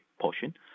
portion